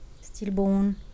stillborn